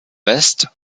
west